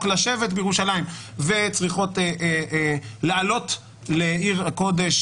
לשבת בירושלים וצריכות לעלות לעיר הקודש,